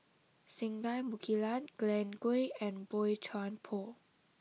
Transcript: Singai Mukilan Glen Goei and Boey Chuan Poh